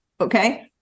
okay